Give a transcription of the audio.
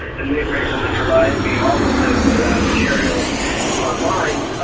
and they were able to provide me all of those materials online,